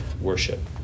worship